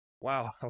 wow